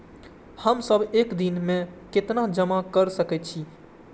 हम सब एक दिन में केतना जमा कर सके छी?